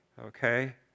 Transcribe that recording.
okay